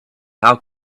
how